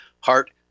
heart